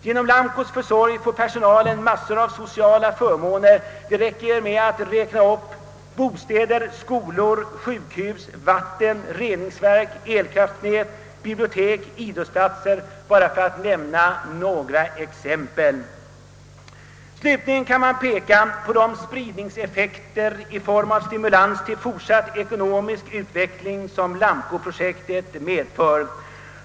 Genom Lamcos försorg får personalen massor av sociala förmåner, bostäder, skolor, sjukhus, vatten, reningsverk, elkraftnät, bibliotek, idrottsplatser för att nämna några exempel. Slutligen kan man peka på de spridningseffekter i form av stimulans till fortsatt ekonomisk utveckling som Lamco-projektet medför.